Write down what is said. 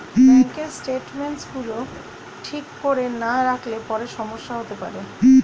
ব্যাঙ্কের স্টেটমেন্টস গুলো ঠিক করে না রাখলে পরে সমস্যা হতে পারে